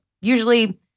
usually